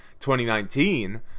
2019